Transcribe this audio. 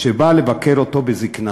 שבא לבקר אותו בזיקנתו,